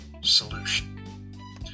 solution